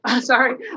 Sorry